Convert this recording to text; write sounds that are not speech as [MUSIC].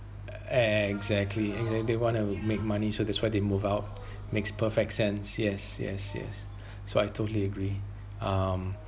exactly exactly they want to make money so that's why they move out [BREATH] makes perfect sense yes yes yes [BREATH] so I totally agree um